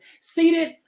seated